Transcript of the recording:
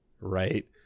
right